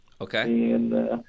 Okay